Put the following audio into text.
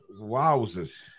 Wowzers